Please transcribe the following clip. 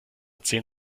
zehn